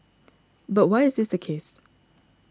but why is this the case